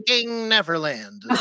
neverland